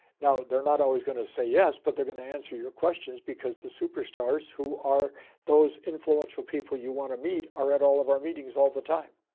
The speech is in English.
now, they're not always gonna say yes, but they're going to answer your questions because the superstars who are those influential people you want to meet are at all of our meetings all the time.